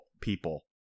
people